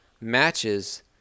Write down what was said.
matches